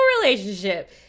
relationship